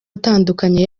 atandukanye